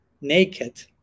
naked